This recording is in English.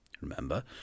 Remember